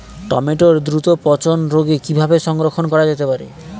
টমেটোর দ্রুত পচনরোধে কিভাবে সংরক্ষণ করা যেতে পারে?